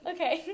Okay